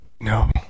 no